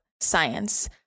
science